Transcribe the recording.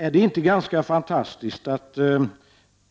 Är det inte ganska fantastiskt att